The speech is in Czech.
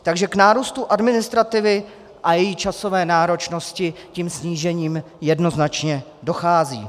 Takže k nárůstu administrativy a její časové náročnosti tím snížením jednoznačně dochází.